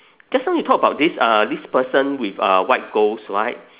just now you talk about this uh this person with uh white ghost right